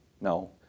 No